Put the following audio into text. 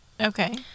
Okay